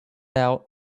out